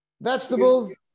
Vegetables